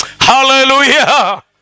Hallelujah